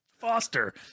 Foster